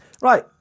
Right